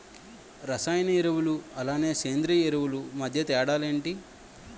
రసాయన ఎరువులు అలానే సేంద్రీయ ఎరువులు మధ్య తేడాలు ఏంటి?